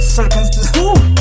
circumstances